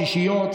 שישיות,